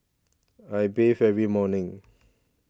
I bathe every morning